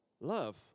love